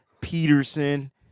Peterson